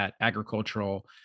agricultural